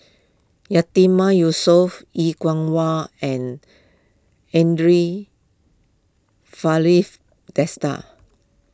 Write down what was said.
Yatiman Yusof Er Kwong Wah and andre Desker